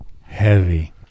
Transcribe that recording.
Heavy